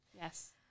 Yes